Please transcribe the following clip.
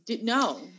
No